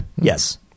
Yes